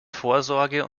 vorsorge